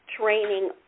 training